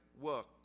work